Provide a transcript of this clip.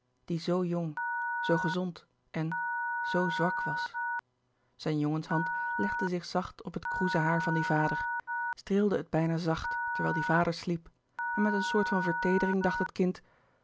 die zoo jong zoo gezond en zoo zwak was zijn jongenshand legde zich zacht op het kroezehaar van dien vader streelde het bijna zacht terwijl die vader sliep en met een soort van verteedering dacht het kind